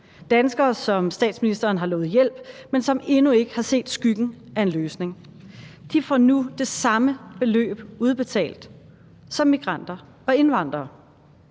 danskere, som statsministeren har lovet hjælp, men som endnu ikke har set skyggen af en løsning. De får nu det samme beløb udbetalt som migranter og indvandrere.